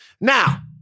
Now